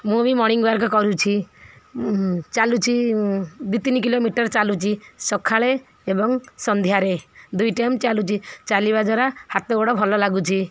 ମୁଁ ବି morning walk କରୁଛି ଚାଲୁଛି ଦୁଇ ତିନି କିଲୋମିଟର୍ ଚାଲୁଛି ସକାଳେ ଏବଂ ସନ୍ଧ୍ୟାରେ ଦୁଇ ଟାଇମ୍ ଚାଲୁଛି ଚାଲିବା ଦ୍ୱାରା ହାତ ଗୋଡ଼ ଭଲ ଲାଗୁଛି